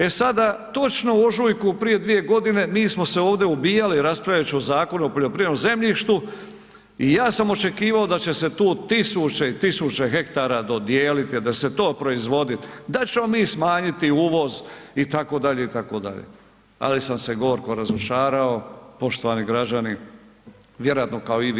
E sada točno u ožujku prije dvije godine mi smo se ovdje ubijali raspravljajući o Zakonu o poljoprivrednom zemljištu i ja sam očekivao da će se tu tisuće i tisuće hektara dodijeliti, da će se to proizvodit', da ćemo mi smanjiti uvoz i tako dalje, i tako dalje, ali sam se gorko razočarao poštovani građani, vjerojatno kao i vi.